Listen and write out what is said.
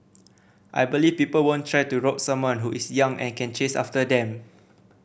I believe people won't try to rob someone who is young and can chase after them